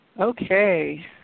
Okay